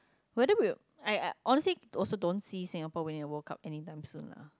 whether we will I I honestly also don't see Singapore winning a World-Cup anytime soon lah